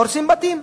הורסים בתים.